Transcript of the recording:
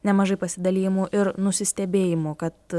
nemažai pasidalijimų ir nusistebėjimų kad